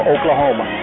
Oklahoma